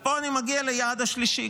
פה אני מגיע ליעד השלישי,